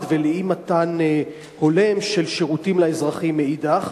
ולאי-מתן הולם של שירותים לאזרחים מאידך.